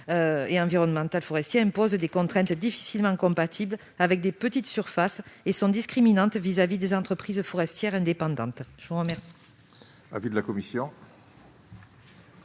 et environnemental forestier impose des contraintes difficilement compatibles avec des petites surfaces et pénalisantes vis-à-vis des entreprises forestières indépendantes.